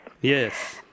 Yes